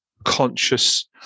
conscious